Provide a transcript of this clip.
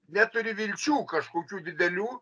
neturi vilčių kažkokių didelių